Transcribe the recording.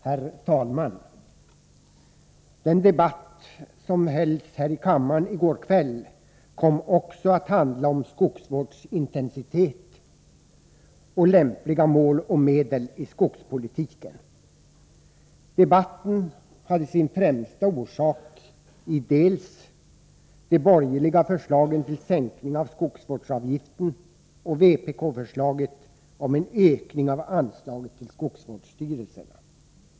Herr talman! Den debatt som hölls här i kammaren i går kväll kom också att handla om skogsvårdsintensitet och om lämpliga mål och medel i skogspolitiken. Debatten hade sin främsta orsak i de borgerliga förslagen om sänkning av skogsvårdsavgiften och i vpk-förslaget om en ökning av anslaget till skogsvårdsstyrelserna.